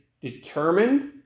determined